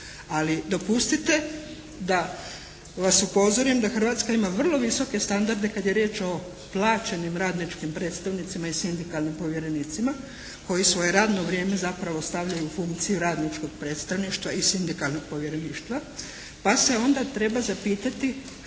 ali dopustite da vas upozorim da Hrvatska ima vrlo visoke standarde kad je riječ o plaćenim radničkim predstavnicima i sindikalnim povjerenicima koji svoje radno vrijeme zapravo stavljaju u funkciju radničkog predstavništva i sindikalnog povjereništva pa se onda treba zapitati što